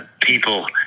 people